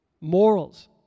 morals